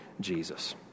Jesus